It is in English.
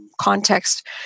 Context